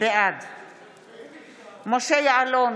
בעד משה יעלון,